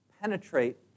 penetrate